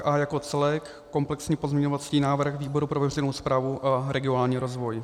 A jako celek, komplexní pozměňovací návrh výboru pro veřejnou správu a regionální rozvoj.